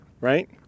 Right